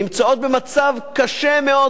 נמצאות במצב קשה מאוד,